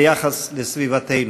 ליחס לסביבתנו.